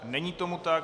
Není tomu tak.